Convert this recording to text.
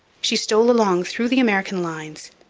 she stole along through the american lines,